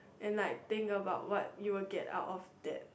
and like think about what you will get out of that